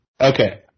Okay